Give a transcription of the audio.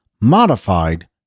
modified